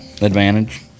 Advantage